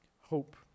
hope